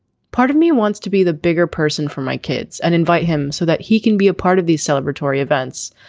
part of me wants to be the bigger person for my kids and invite him so that he can be a part of these celebratory events.